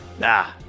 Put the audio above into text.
Nah